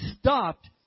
stopped